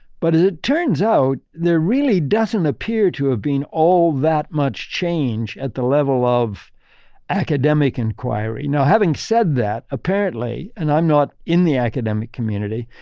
but as it turns out, there really doesn't appear to have been all that much change at the level of academic inquiry. now, having said that, apparently. and i'm not in the academic community,